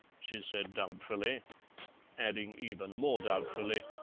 she said doubtfully adding even more doubtfully,